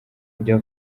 bya